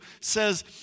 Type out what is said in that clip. says